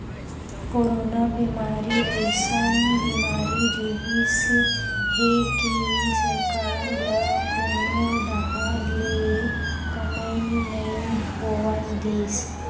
corona बेमारी अइसन बीमारी रिहिस हे कि सरकार ल कोनो डाहर ले कमई नइ होवन दिस